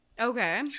Okay